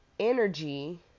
energy